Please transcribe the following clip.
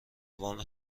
وام